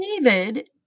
David